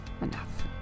enough